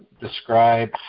describe